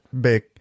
big